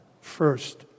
first